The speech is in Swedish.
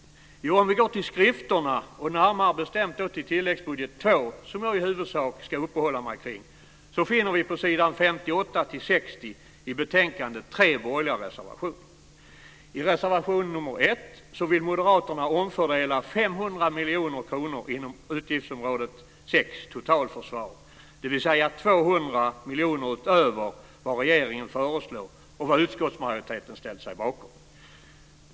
Jo, om vi går till skrifterna, och närmare bestämt till tilläggsbudget 2, som jag i huvudsak ska uppehålla mig kring, finner vi på s. 58-60 i betänkandet tre borgerliga reservationer. 500 miljoner kronor inom Utgiftsområde 6 Totalförsvar, dvs. 200 miljoner utöver vad regeringen föreslår och vad utskottsmajoriteten ställt sig bakom.